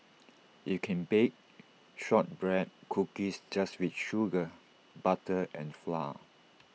you can bake Shortbread Cookies just with sugar butter and flour